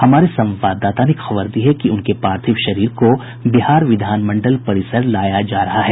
हमारे संवाददाता ने खबर दी है कि उनके पार्थिव शरीर को बिहार विधान मंडल परिसर लाया जा रहा है